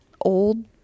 old